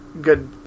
good